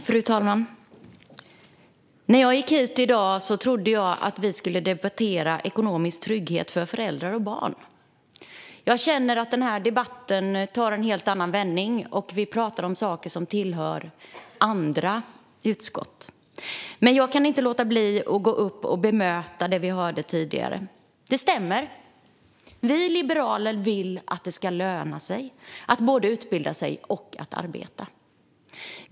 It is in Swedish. Fru talman! När jag gick hit i dag trodde jag att vi skulle debattera ekonomisk trygghet för föräldrar och barn. Jag känner att den här debatten tar en helt annan vändning. Vi pratar om saker som tillhör andra utskott. Men jag kan inte låta bli att gå upp och bemöta det vi hörde tidigare. Det stämmer - vi liberaler vill att det ska löna sig både att utbilda sig och att arbeta.